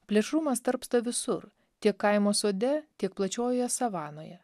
plėšrumas tarpsta visur tiek kaimo sode tiek plačiojoje savanoje